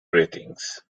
ratings